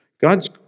God's